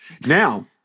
Now